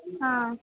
हँ